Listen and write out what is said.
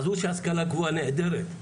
עזבו שההשכלה הגבוהה נעדרת,